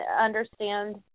understand